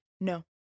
No